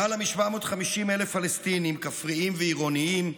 למעלה מ-750,000 פלסטינים, כפריים ועירוניים,